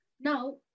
Now